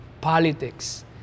politics